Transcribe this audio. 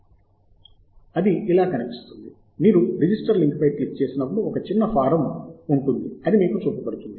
అది ఇలా కనిపిస్తుంది మీరు రిజిస్టర్ లింక్ పై క్లిక్ చేసినప్పుడు ఒక చిన్న ఫారం ఉంటుంది అది మీకు చూపబడుతుంది